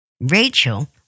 Rachel